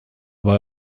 boy